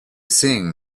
sing